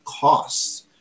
costs